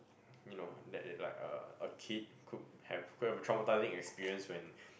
you know that that like uh a kid could have could have a traumatising experience when